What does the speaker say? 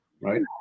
right